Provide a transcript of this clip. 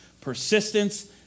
persistence